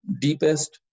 deepest